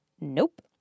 nope